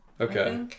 Okay